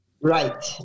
Right